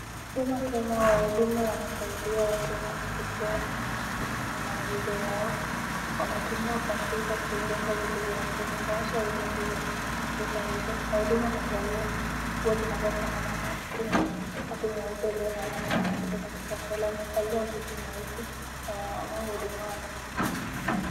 Wahudumu wa Kenya, wahudumu wanasaidia Wakenya kupitia maagizo yao. Wanatumia kompyuta kuweka vitu vya Wakenya. Bahasha imo juu ya kompyuta hizo. Wahudumu wamevalia nguo zinazofanana maski na shati nyeupe iliyo na alama nyekundu katika kola. Wamekalia viti nyeusi na wanaohudumiwa wamesimama.